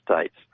States